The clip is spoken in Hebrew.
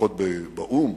לפחות באו"ם,